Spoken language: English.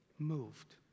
moved